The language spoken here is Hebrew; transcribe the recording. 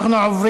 נעבור